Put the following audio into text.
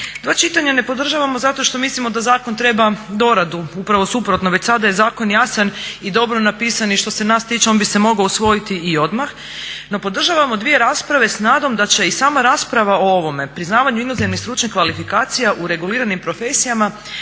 Dva čitanja ne podržavamo zato što mislimo da zakon treba doradu upravo suprotno, već sada je zakon jasan i dobro napisan i što se nas tiče on bi se mogao usvojiti i odmah. No podržavamo dvije rasprave s nadom da će i sama rasprava o ovome priznavanju inozemnih stručnih kvalifikacija u reguliram profesijama